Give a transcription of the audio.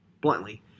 bluntly